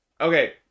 Okay